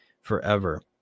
forever